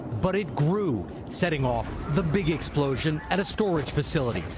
but it grew, setting off the big explosion at a storage facility,